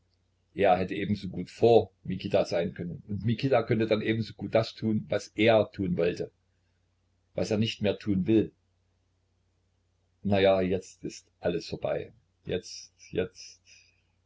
er hätte ebensogut vor mikita sein können und mikita könnte dann ebensogut das tun was er tun wollte was er nicht mehr tun will na ja jetzt ist alles vorbei jetzt jetzt